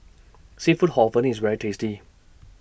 Seafood Hor Fun IS very tasty